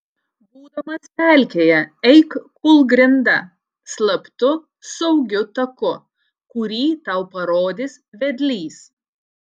būdamas pelkėje eik kūlgrinda slaptu saugiu taku kurį tau parodys vedlys